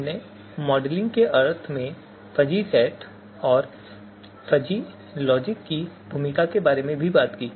हमने मॉडलिंग के अर्थ में फ़ज़ी सेट और फ़ज़ी लॉजिक की भूमिका के बारे में भी बात की